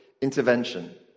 intervention